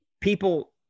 people